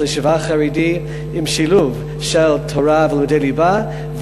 הישיבה החרדית עם שילוב של תורה ולימודי ליבה,